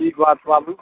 की बात बाबू